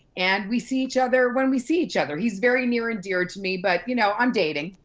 and we see each other when we see each other. he's very near and dear to me but, you know, i'm dating.